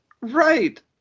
right